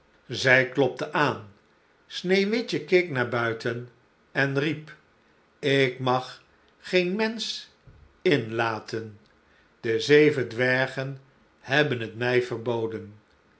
zij klopte aan sneeuwwitje keek naar buiten en riep ik mag geen mensch inlaten de zeven dwergen hebben t mij verboden